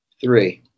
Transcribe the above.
three